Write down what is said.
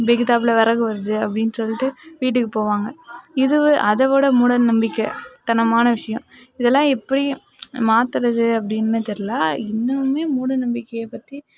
எதுத்தாப்ல விறகு வருது அப்படின்னு சொல்லிவிட்டு வீட்டுக்கு போவாங்க இது அதை விட மூட நம்பிக்கைத்தனமான விஷயம் இதல்லாம் எப்படி மாத்துறதுன்னு அப்படின்னு தெரில இன்னுமுமே மூடநம்பிக்கையை பற்றி